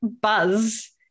buzz